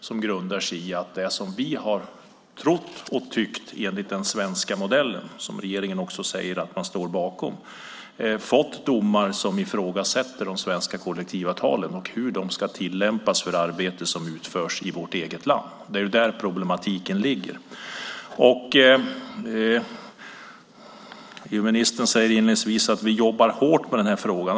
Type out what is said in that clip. Den innebär att vi, trots det som vi har trott och tyckt enligt den svenska modellen - som regeringen säger att man står bakom - har fått domar som ifrågasätter de svenska kollektivavtalen och hur de ska tillämpas för arbete som utförs i vårt eget land. Det är där problemet ligger. EU-ministern säger inledningsvis att man jobbar hårt med den här frågan.